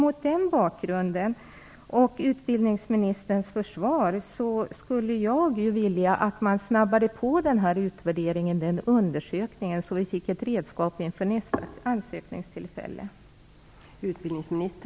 Mot den bakgrunden och mot bakgrund av utbildningsministerns försvar skulle jag vilja att man snabbade på utvärderingen eller undersökningen så att vi fick ett redskap inför nästa ansökningstillfälle.